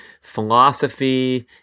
philosophy